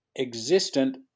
existent